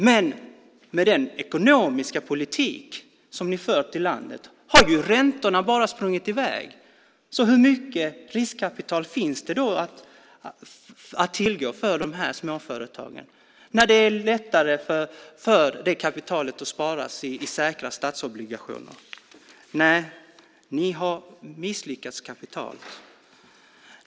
Men med den ekonomiska politik som ni fört i landet har räntorna bara sprungit i väg. Hur mycket riskkapital finns det då att tillgå för dessa småföretag när det är lättare att spara det riskkapitalet i säkra statsobligationer? Nej, ni har misslyckats kapitalt.